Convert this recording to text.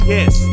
Yes